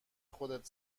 خودت